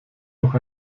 noch